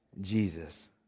Jesus